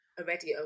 already